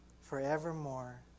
forevermore